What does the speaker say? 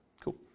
Cool